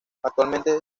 actualmente